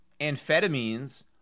amphetamines